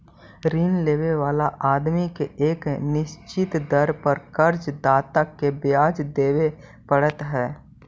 ऋण लेवे वाला आदमी के एक निश्चित दर पर कर्ज दाता के ब्याज देवे पड़ऽ हई